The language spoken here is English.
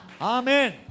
Amen